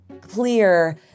clear